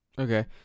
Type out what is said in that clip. okay